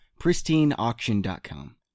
pristineauction.com